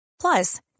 plus